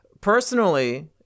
personally